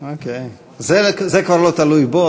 זה כבר לא תלוי בו,